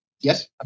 Yes